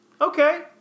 Okay